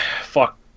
fuck